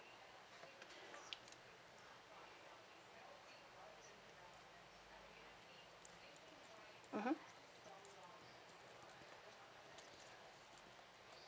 mmhmm